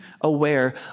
aware